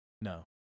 No